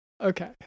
Okay